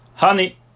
Honey